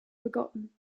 forgotten